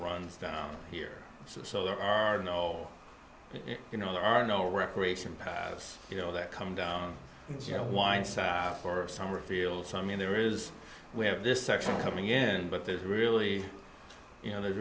runs down here so there are no you know there are no recreation pass you know that come down you know wind sock for summer feel so i mean there is we have this section coming again but there's really you know there's